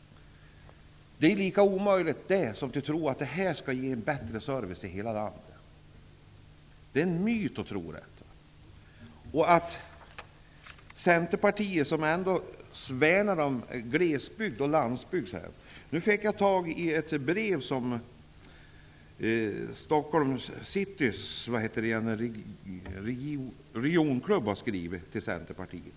Det är lika omöjligt som att tro att detta skall ge en bättre service i hela landet. Det är en myt att tro detta. Centerpartiet säger att de värnar om glesbygd och landsbygd. Jag har fått tag i ett brev som Regionklubb Stockholm City har skrivit till Centerpartiet.